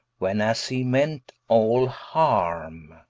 when as he meant all harme